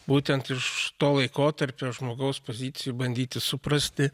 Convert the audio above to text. būtent iš to laikotarpio žmogaus pozicijų bandyti suprasti